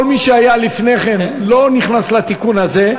כל מי שהיה לפני כן לא נכנס לתיקון הזה,